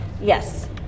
Yes